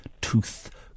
tooth